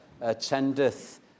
Attendeth